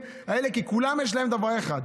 כי לכולם יש דבר אחד: